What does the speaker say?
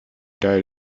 died